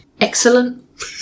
Excellent